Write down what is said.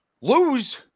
lose